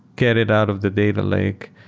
get it out of the data lake,